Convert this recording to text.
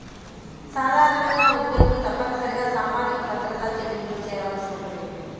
సాధారణంగా ఉద్యోగులు తప్పనిసరిగా సామాజిక భద్రత చెల్లింపులు చేయవలసి ఉంటుంది